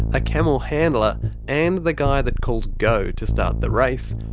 a camel handler and the guy that calls go to start the race.